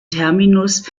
terminus